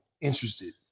interested